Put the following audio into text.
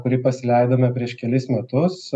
kurį pasileidome prieš kelis metus